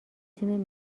تیم